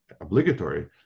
obligatory